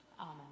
Amen